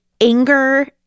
anger